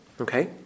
Okay